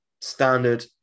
standard